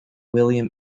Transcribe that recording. william